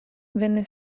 venne